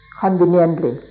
conveniently